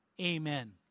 Amen